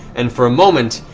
and for a moment,